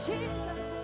Jesus